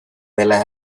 dela